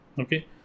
Okay